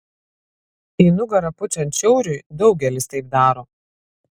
į nugarą pučiant šiauriui daugelis taip daro